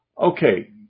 Okay